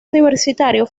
universitario